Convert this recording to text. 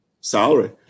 salary